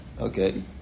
Okay